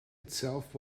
itself